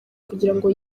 kugirango